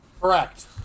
Correct